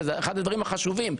שזה אחד הדברים החשובים.